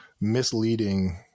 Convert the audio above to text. misleading